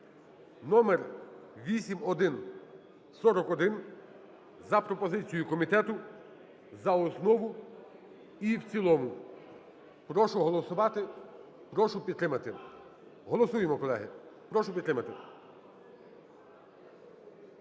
(№ 8141) за пропозицією комітету за основу і в цілому. Прошу голосувати, прошу підтримати. Голосуємо, колеги! Прошу підтримати.